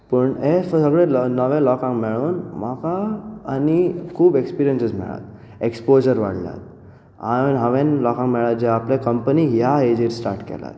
हे सगळे नवे लोकांक मेळून म्हाका आनीक खूब एक्सपिरयंसीस मेळ्ळ्यात एक्सपोजर वाडला आनी हावें लोकांक मेळ्ळा जांणी आपली कंपनी ह्या एजीर स्टार्ट केल्या